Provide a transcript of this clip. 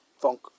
funk